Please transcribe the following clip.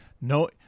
no